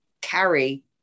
carry